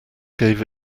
gave